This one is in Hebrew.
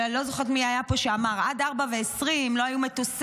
אני לא זוכרת מי היה פה שאמר עד 16:20 לא היו מטוסים,